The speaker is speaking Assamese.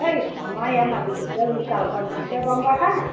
হেই আমাৰ ইয়াত মাজুলীত যে বিশালখন খুলিছে গম পাইছা নে নাই